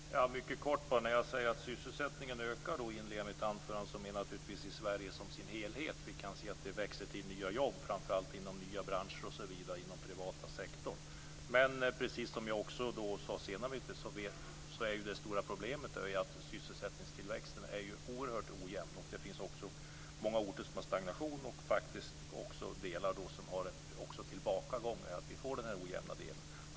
Fru talman! Mycket kort: När jag säger att sysselsättningen ökar menar jag naturligtvis Sverige som helhet. Vi kan se att det kommer till nya jobb, framför allt inom nya branscher i den privata sektorn. Men, precis som jag sade senare, är det stora problemet att sysselsättningstillväxten är oerhört ojämn. Det finns också många orter som har en stagnation och andra orter som har en tillbakagång.